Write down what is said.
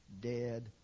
dead